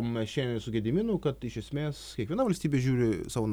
mes šiandien su gediminu kad iš esmės kiekviena valstybė žiūri savo